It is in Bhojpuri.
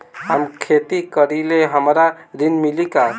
हम खेती करीले हमरा ऋण मिली का?